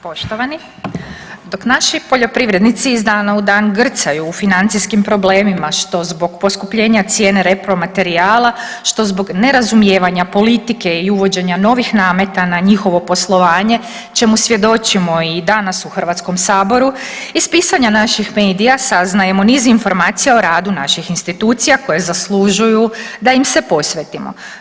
Poštovani, dok naši poljoprivrednici iz dana u dan grcaju u financijskim problemima što zbog poskupljenja cijene repromaterijala, što zbog nerazumijevanja politike i uvođenja novih nameta na njihovo poslovanje čemu svjedočimo i danas u HS, iz pisanja naših medija saznajemo niz informacija o radu naših institucija koje zaslužuju da im se posvetimo.